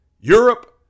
Europe